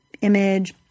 image